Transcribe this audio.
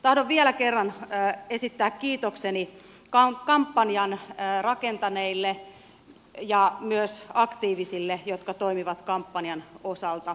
tahdon vielä kerran esittää kiitokseni kampanjan rakentaneille ja myös aktiivisille jotka toimivat kampanjan osalta ympäri suomen